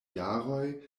jaroj